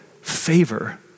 favor